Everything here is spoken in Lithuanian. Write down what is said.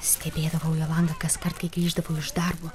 stebėdavau jo langą kaskart kai grįždavau iš darbo